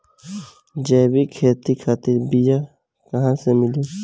जैविक खेती खातिर बीया कहाँसे मिली?